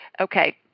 Okay